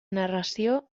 narració